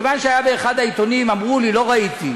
מכיוון שהיה באחד העיתונים, אמרו לי, לא ראיתי,